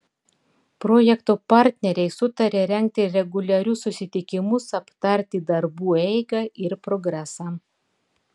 projekto partneriai sutarė rengti reguliarius susitikimus aptarti darbų eigą ir progresą